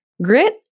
Grit